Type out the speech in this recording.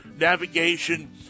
navigation